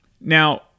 Now